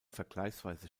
vergleichsweise